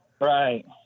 Right